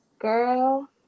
Girl